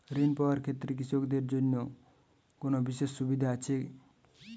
ঋণ পাওয়ার ক্ষেত্রে কৃষকদের জন্য কোনো বিশেষ সুবিধা আছে?